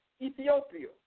Ethiopia